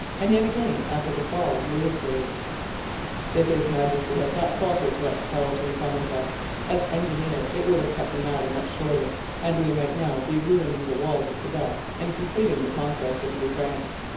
and yet again, after the fall of louisbourg if his majesty had thought proper to let carleton come with us as engineer it would have cut the matter much shorter and we might now be ruining the walls of quebec and completing the conquest of new france